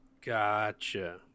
Gotcha